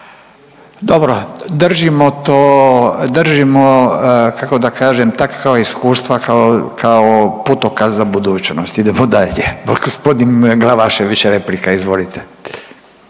Dobro, držimo to, držimo kako da kažem takva iskustva kao, kao putokaz za budućnost. Idemo dalje, g. Glavašević replika izvolite.